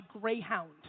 Greyhound